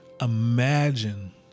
imagine